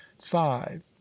five